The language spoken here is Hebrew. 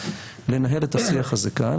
לנהל את השיח הזה כאן.